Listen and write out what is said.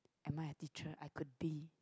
am I a teacher I could be